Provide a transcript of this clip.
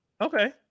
Okay